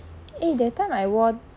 eh that time I wore